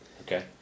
Okay